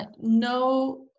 no